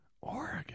oregon